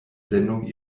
sendung